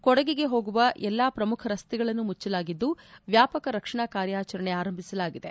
ಕೊಡಗಿಗೆ ಹೋಗುವ ಎಲ್ಲಾ ಪ್ರಮುಖ ರಸ್ತೆಗಳನ್ನು ಮುಚ್ಚಲಾಗಿದ್ದು ವ್ಯಾಪಕ ರಕ್ಷಣಾ ಕಾರ್ಯಾಚರಣೆ ಆರಂಭಿಸಲಾಗಿದೆ